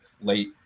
late